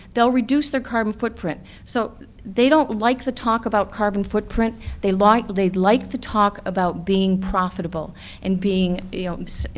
they'll reduce their carbon footprint. so they don't like the talk about carbon footprint, they like they like the talk about being profitable and being, you ah